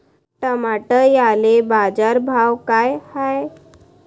टमाट्याले बाजारभाव काय हाय?